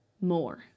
More